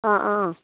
অঁ অঁ